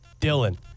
Dylan